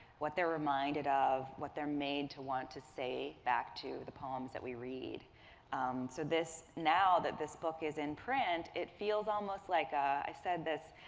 what they're reminded of, what they're made to want to say back to the palms that we read. so so this now that this book is in print, it feels almost like a i said this